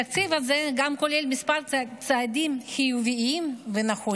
התקציב הזה גם כולל כמה צעדים חיוביים ונכונים,